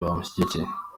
bamushyigikiye